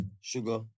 sugar